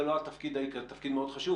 זה לא התפקיד העיקרי תפקיד מאוד חשוב